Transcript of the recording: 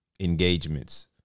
engagements